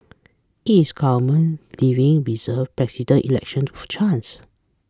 is government leaving 'reserved' Presidential Election to chance